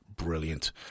Brilliant